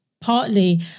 partly